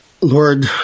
Lord